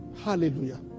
Hallelujah